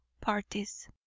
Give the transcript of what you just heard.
parties